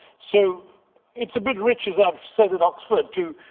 so it's a bit rich, as i've said at oxford, to,